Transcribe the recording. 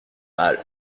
mal